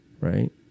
Right